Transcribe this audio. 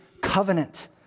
covenant